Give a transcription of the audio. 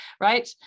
right